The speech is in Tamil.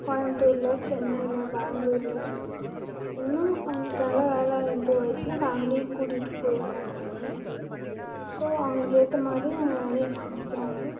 கோயம்புத்தூரில் சென்னையில் பெங்களூர்ல இன்னும் அவங்களுக்கு நல்ல வேலை இம்ப்ரூவ் ஆகிடுச்சின்னா ஃபேமிலியும் கூட்டிட்டு போய்ட்றாங்க அங்கே ஸோ அவங்களுக்கு ஏற்ற மாதிரி அவங்க வேலையை மாற்றிக்கிறாங்க